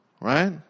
Right